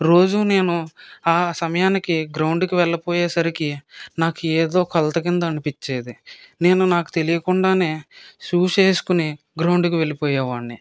రోజు నేను ఆ సమయానికి గ్రౌండుకి వెళ్లబోయే సరికి నాకో ఎదో కొరత కింద అనిపించేది నేను నాకు తెలియకుండానే షూస్ వేసుకుని గ్రౌండుకి వెళ్లిపోయేవాడిని